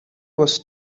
was